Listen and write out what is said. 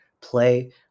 play